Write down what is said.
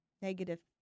negative